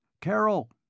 Carol